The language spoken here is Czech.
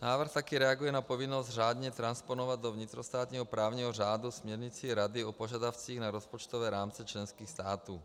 Návrh taky reaguje na povinnost řádně transponovat do vnitrostátního právní řádu směrnici Rady o požadavcích na rozpočtové rámce členských států.